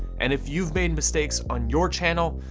and if you've made mistakes on your channel,